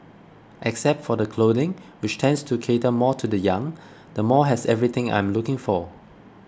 except for the clothing which tends to cater more to the young the mall has everything I am looking for